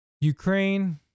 Ukraine